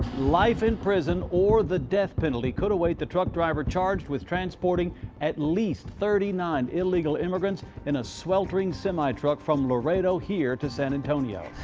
life in prison or the death penalty could await the truck driver charged with transporting at least thirty nine illegal immigrants in a sweltering semi truck from laredo here to san antonio.